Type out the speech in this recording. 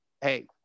hey